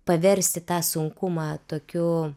paversti tą sunkumą tokiu